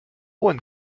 one